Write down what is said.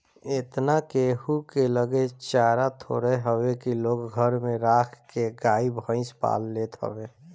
एतना केहू के लगे चारा थोड़े हवे की लोग घरे में राख के गाई भईस पाल लेत हवे